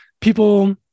people